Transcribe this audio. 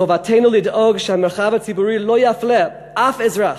חובתנו לדאוג שהמרחב הציבורי לא יפלה אף אזרח,